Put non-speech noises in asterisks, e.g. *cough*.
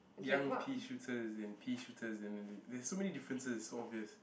young pea shooters and pea shooters and then *noise* there's so many differences so obvious